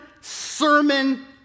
sermon